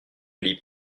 livre